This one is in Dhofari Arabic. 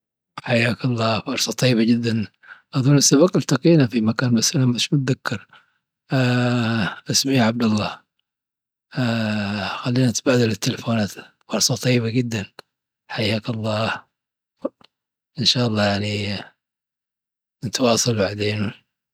حياك الله. فرصة طيبة. أظن سبق التقينا في مكان بس مش متذكر، إسمي عبدالله. خلينا نتبادل التلفونات. فرصة طيبة جدا. ان شاء الله نتواصل بعدين.